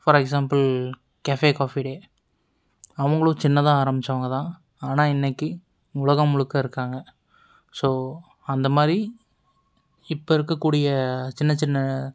for example cafe coffee day அவங்களும் சின்னதாக ஆரம்பித்தவங்கதான் ஆனால் இன்றைக்கி உலகம் முழுக்க இருக்காங்க ஸோ அந்தமாதிரி இப்போ இருக்கக்கூடிய சின்ன சின்ன